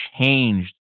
changed